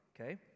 okay